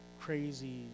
crazy